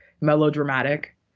Melodramatic